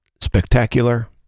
spectacular